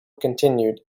continued